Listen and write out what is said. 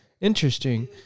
Interesting